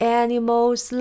animals